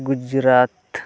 Gujarat